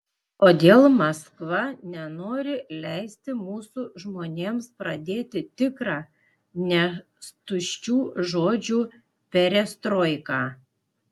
kodėl maskva nenori leisti mūsų žmonėms pradėti tikrą ne tuščių žodžių perestroiką